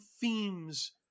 themes